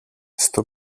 στο